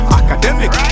academic